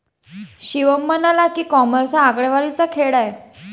शिवम म्हणाला की, कॉमर्स हा आकडेवारीचा खेळ आहे